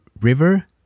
river